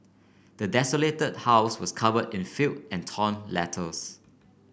the desolated house was cover in filth and torn letters